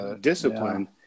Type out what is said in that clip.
discipline